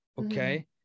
okay